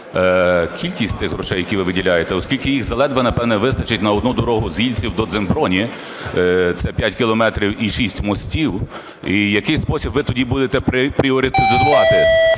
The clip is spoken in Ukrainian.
кількість, цих грошей, які ви виділяєте, оскільки їх заледве, напевно, вистачить на одну дорогу з Ільців до Дземброні, це 5 кілометрів і шість мостів, і в який спосіб ви тоді будете пріоритезувати